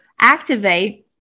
activate